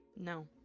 No